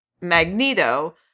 Magneto